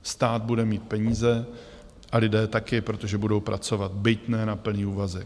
Stát bude mít peníze a lidé taky, protože budou pracovat, byť ne na plný úvazek.